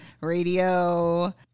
Radio